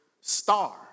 star